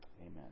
amen